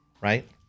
right